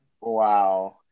wow